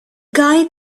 guy